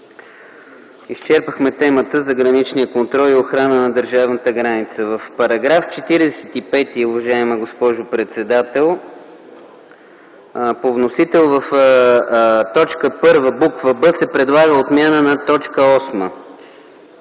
Изчерпахме темата за граничния контрол и охрана на държавната граница. В § 45, уважаема госпожо председател, по вносител в т. 1, буква „б” се предлага отмяна на т. 8.